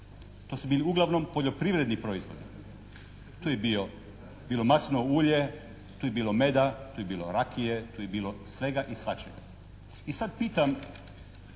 To su bili uglavnom poljoprivredni proizvodi. Tu je bilo maslinovo ulje, tu je bilo meda, tu je bilo rakije, tu je bilo svega i svačega. I sada pitam